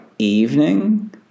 evening